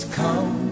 come